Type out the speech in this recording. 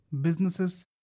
businesses